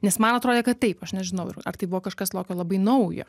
nes man atrodė kad taip aš nežinau ar tai buvo kažkas labai labai naujo